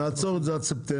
נעצור את זה עד ספטמבר.